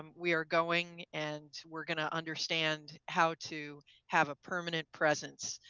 um we are going and we're going to understand how to have a permanent presence